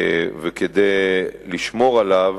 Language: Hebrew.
וכדי לשמור עליו,